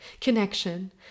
connection